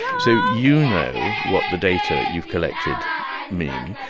so you know what the data you've collected mean,